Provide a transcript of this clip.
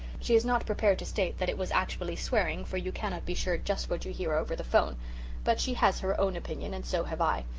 she is not prepared to state that it was actually swearing for you cannot be sure just what you hear over the phone but she has her own opinion, and so have i,